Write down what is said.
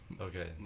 Okay